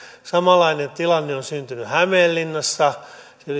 samanlainen tilanne on syntynyt hämeenlinnassa